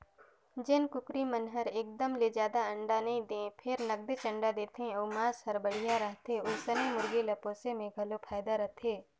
जेन कुकरी मन हर एकदम ले जादा अंडा नइ दें फेर नगदेच अंडा देथे अउ मांस हर बड़िहा रहथे ओइसने मुरगी ल पोसे में घलो फायदा रथे